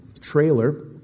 trailer